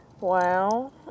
Wow